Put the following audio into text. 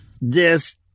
This